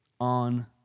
on